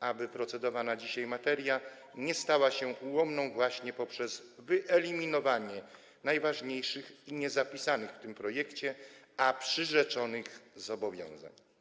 aby procedowana dzisiaj materia nie stała się ułomną poprzez wyeliminowanie najważniejszych i niezapisanych w tym projekcie, a przyrzeczonych zobowiązań.